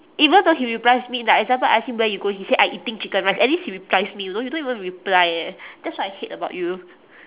even though he replies me like example I ask him where you go he say I eating chicken rice at least he replies me you know you don't even reply eh that's what I hate about you